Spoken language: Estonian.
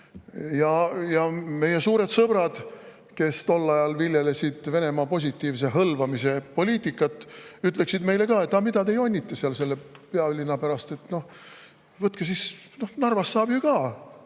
ja meie suured sõbrad, kes tol ajal viljelesid Venemaa positiivse hõlvamise poliitikat, oleksid öelnud, et mida te jonnite seal selle pealinna pärast, Narvast saab ju ka